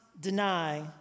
deny